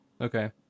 Okay